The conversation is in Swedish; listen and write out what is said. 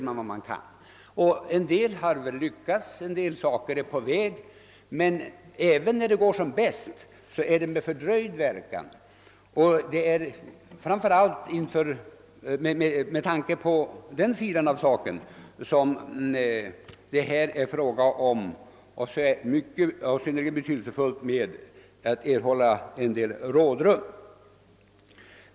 En del har lyckats, en del är på väg, men även när det går som bäst, sker det med fördröjd verkan, det är därför mycket betydelsefullt att erhålla rådrum.